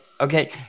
okay